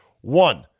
One